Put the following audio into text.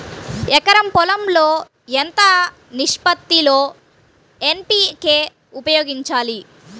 ఎకరం పొలం లో ఎంత నిష్పత్తి లో ఎన్.పీ.కే ఉపయోగించాలి?